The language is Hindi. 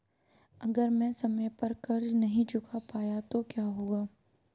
अगर मैं समय पर कर्ज़ नहीं चुका पाया तो क्या होगा?